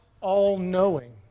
all-knowing